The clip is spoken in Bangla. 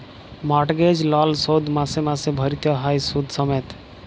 মর্টগেজ লল শোধ মাসে মাসে ভ্যইরতে হ্যয় সুদ সমেত